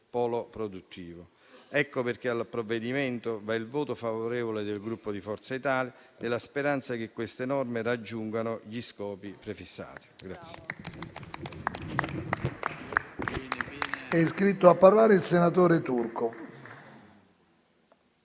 polo produttivo. Ecco perché al provvedimento va il voto favorevole del Gruppo Forza Italia, nella speranza che queste norme raggiungano gli scopi prefissati.